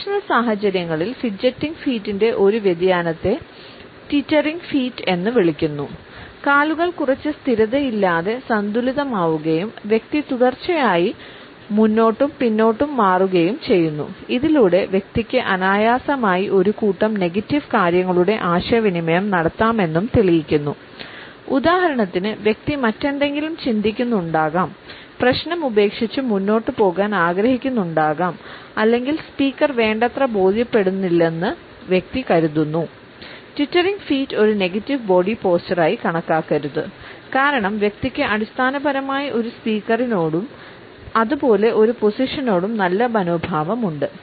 professional സാഹചര്യങ്ങളിൽ fidgeting ഫീറ്റ്ന്റെ ഒരു നെഗറ്റീവ് ബോഡി പോസ്ചറായി കണക്കാക്കരുത് കാരണം വ്യക്തിക്ക് അടിസ്ഥാനപരമായി ഒരു സ്പീക്കറിനോടും അതുപോലെ ഒരു പൊസിഷനോടും നല്ല മനോഭാവമുണ്ട്